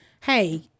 hey